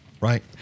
right